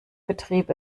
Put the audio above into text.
betrieb